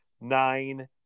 nine